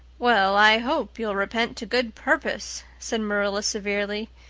well, i hope you'll repent to good purpose, said marilla severely,